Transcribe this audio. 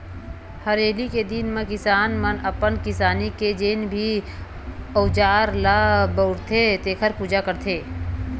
हरेली के दिन म किसान मन अपन किसानी के जेन भी अउजार ल बउरथे तेखर पूजा करथे